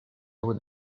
would